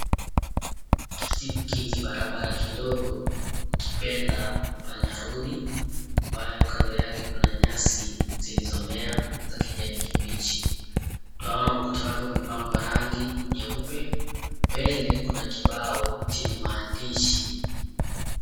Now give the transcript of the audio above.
Kijibarabara kidogo, ukipenda panya rodi ambayo kando yake kuna nyasi zilizomea za kijani kibichi, twaona ukuta wake umepakwa rangi nyeupe, mbele kuna kibao chenye maandishi.